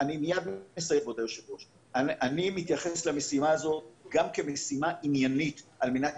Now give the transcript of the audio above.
אני מסיים כבוד היושבת-ראש גם כמשימה עניינית על מנת